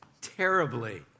terribly